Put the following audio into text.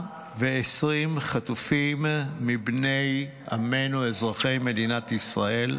120 חטופים מבני עמנו אזרחי מדינת ישראל,